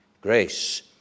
grace